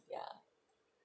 ya